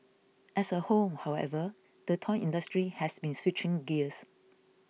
as a whole however the toy industry has been switching gears